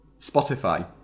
Spotify